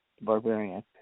Barbarian